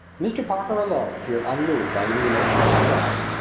mr. parker alone appeared unmoved by any emotion of surprise.